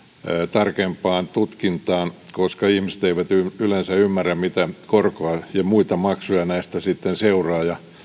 tarkempaan tutkintaan koska ihmiset eivät yleensä ymmärrä mitä korkoa ja muita maksuja näistä sitten seuraa